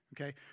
okay